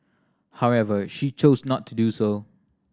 however she chose not to do so